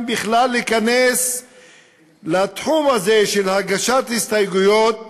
אם בכלל להיכנס לתחום הזה של הגשת ההסתייגויות